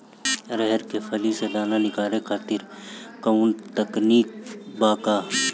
अरहर के फली से दाना निकाले खातिर कवन तकनीक बा का?